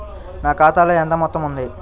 నా ఖాతాలో ఎంత మొత్తం ఉంది?